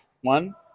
One